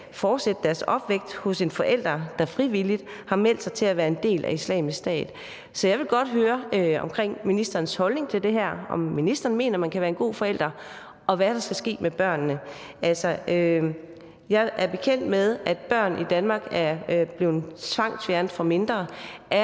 skal fortsætte deres opvækst hos en forælder, der frivilligt har meldt sig til at være en del af Islamisk Stat. Så jeg vil godt høre ministerens holdning til det her, altså om ministeren mener, de kan være gode forældre, og hvad der skal ske med børnene. Jeg er bekendt med, at børn i Danmark er blevet tvangsfjernet for mindre.